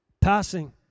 passing